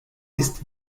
ist